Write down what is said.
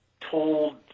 told